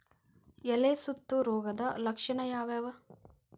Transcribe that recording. ಎಲೆ ಸುತ್ತು ರೋಗದ ಲಕ್ಷಣ ಯಾವ್ಯಾವ್?